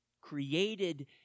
created